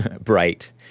Bright